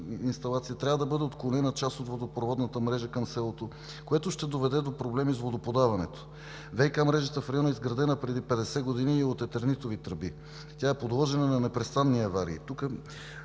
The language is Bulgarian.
инсталация, трябва да бъде отклонена част от водопроводната мрежа към селото, което ще доведе до проблеми с водоподаването. ВиК мрежата в района е изградени преди 50 години от етернитови тръби. Тя е подложена на непрестанни аварии.